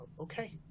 Okay